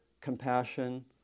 compassion